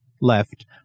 left